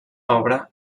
obra